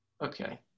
Okay